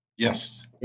Yes